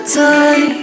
time